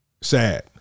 sad